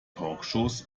talkshows